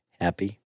Happy